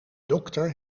dokter